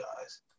guys